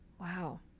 Wow